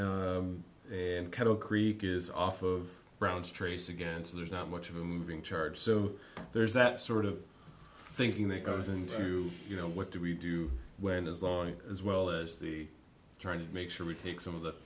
ok and cattle creek is off of brown's trace again so there's not much of a moving charge so there's that sort of thinking that goes into you know what do we do when as on as well as the trying to make sure we take some of the